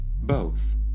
Both